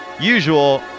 usual